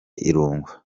irungu